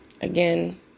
Again